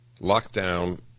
lockdown